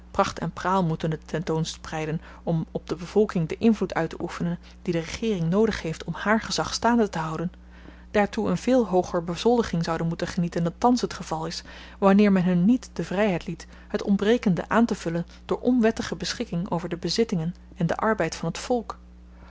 pracht en praal moetende ten toon spreiden om op de bevolking den invloed uitteoefenen dien de regering noodig heeft om hààr gezag staande te houden daartoe een veel hooger bezoldiging zouden moeten genieten dan thans t geval is wanneer men hun niet de vryheid liet het ontbrekende aantevullen door onwettige beschikking over de bezittingen en den arbeid van t volk